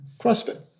CrossFit